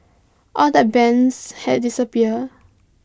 all the bands had disappeared